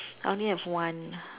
I only have one